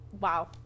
Wow